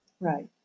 Right